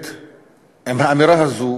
עם האמירה הזו